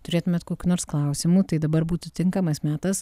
turėtumėt kokių nors klausimų tai dabar būtų tinkamas metas